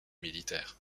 militaires